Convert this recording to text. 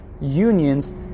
unions